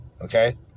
okay